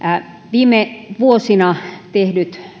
viime vuosina tehdyt